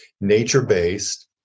nature-based